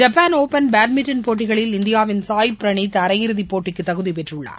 Japan open badminton போட்டிகளில் இந்தியாவின் சாய் பிரவீத் அரையிறுதிப் போட்டிக்கு தகுதி பெற்றுள்ளார்